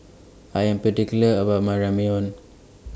I Am particular about My Ramyeon